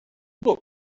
book